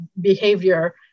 behavior